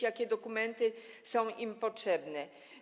Jakie dokumenty są im potrzebne?